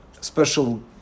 special